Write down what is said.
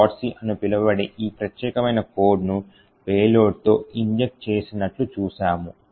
c అని పిలువబడే ఈ ప్రత్యేకమైన కోడ్ను పేలోడ్తో ఇంజెక్ట్ చేసినట్లు చూశాము